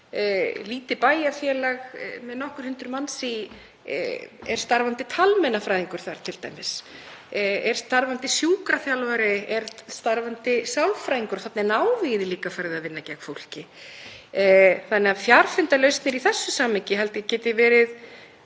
Lítið bæjarfélag með nokkur hundruð manns — er starfandi talmeinafræðingur þar t.d., er starfandi sjúkraþjálfari, er starfandi sálfræðingur? Þarna er návígið líka farið að vinna gegn fólki þannig að fjarfundalausnir held ég að geti verið